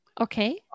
Okay